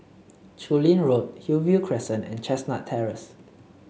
Chu Lin Road Hillview Crescent and Chestnut Terrace